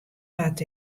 bard